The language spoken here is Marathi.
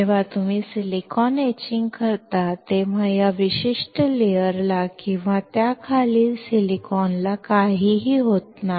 जेव्हा तुम्ही सिलिकॉन एचिंग करता तेव्हा या विशिष्ट थराला किंवा त्याखालील सिलिकॉनला काहीही होत नाही